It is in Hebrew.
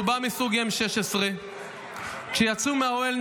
רובם מסוג M16. כשיצאו מהאוהל,